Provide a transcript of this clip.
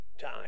time